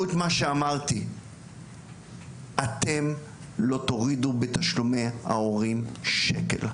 שאמרתי שאתם לא תורידו בתשלומי ההורים שקל.